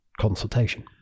consultation